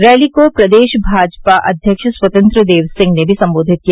rally को प्रदेश भाजपा अध्यक्ष स्वतंत्र देव सिंह ने भी संबोधित किया